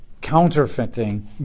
counterfeiting